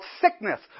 sickness